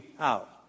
out